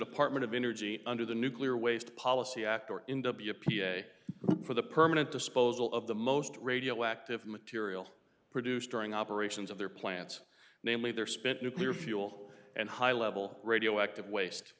department of energy under the nuclear waste policy act or in w p a for the permanent disposal of the most radioactive material produced during operations of their plants namely their spent nuclear fuel and high level radioactive waste